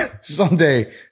someday